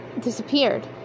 disappeared